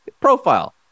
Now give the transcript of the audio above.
profile